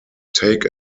take